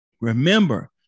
Remember